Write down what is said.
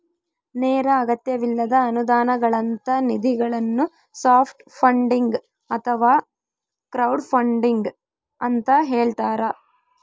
ನೇರ ಅಗತ್ಯವಿಲ್ಲದ ಅನುದಾನಗಳಂತ ನಿಧಿಗಳನ್ನು ಸಾಫ್ಟ್ ಫಂಡಿಂಗ್ ಅಥವಾ ಕ್ರೌಡ್ಫಂಡಿಂಗ ಅಂತ ಹೇಳ್ತಾರ